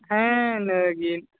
ᱦᱮᱸ ᱤᱱᱟᱹ ᱜᱮ